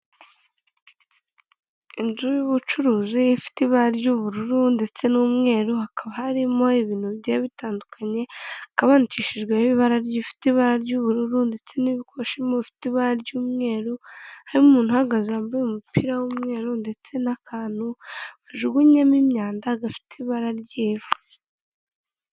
Inzu y'ubucuruzi ifite ibara ry'ubururu ndetse n'umweru, hakaba harimo ibintu bigiye bitandukanye, hakaba handikishijweho ibara rifite ibara ry'ubururu ndetse n'ibikosho bifite ibara ry'umweru, harimo umuntu uhagaze wambaye umupira w'umweru ndetse n'akantu bajugunyemo imyanda gafite ibara ry'ivu.